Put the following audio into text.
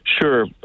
Sure